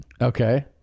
Okay